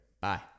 Bye